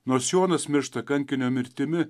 nors jonas miršta kankinio mirtimi